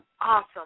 awesome